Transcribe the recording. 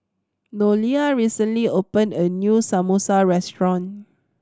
Nolia recently opened a new Samosa restaurant